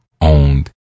owned